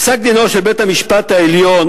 פסק-דינו של בית-המשפט העליון